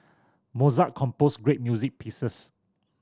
Mozart composed great music pieces